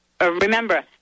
remember